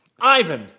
Ivan